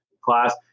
class